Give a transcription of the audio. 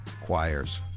Choirs